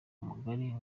mugari